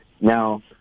Now